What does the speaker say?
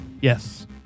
yes